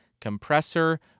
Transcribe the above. compressor